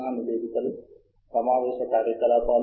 క్షేత్రాలను కూడా ఎంచుకోవడం చాలా ముఖ్యం